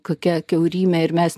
kokia kiaurymė ir mes